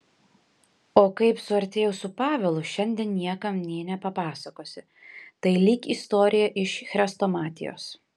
o kaip suartėjau su pavelu šiandien niekam nė nepapasakosi tai lyg istorija iš chrestomatijos